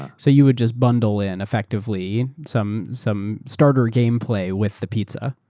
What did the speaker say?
so you would just bundle in effectively some some starter gameplay with the pizza.